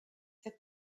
der